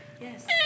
Yes